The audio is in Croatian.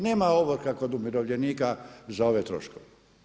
Nema ovrha kod umirovljenika za ove troškove.